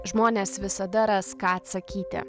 žmonės visada ras ką atsakyti